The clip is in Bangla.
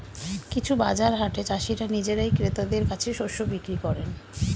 কিছু বাজার হাটে চাষীরা নিজেরাই ক্রেতাদের কাছে শস্য বিক্রি করেন